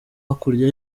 hakurya